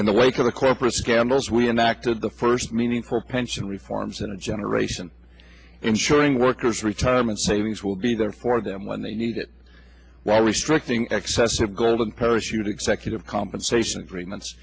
in the wake of the corporate scandals we enacted the first meaning for pension reforms in a generation ensuring workers retirement savings will be there for them when they need it while restricting access of golden parachute executive compensation agreements